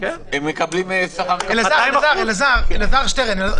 מקבלים שכר של 200%. חבר הכנסת שטרן,